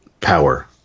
power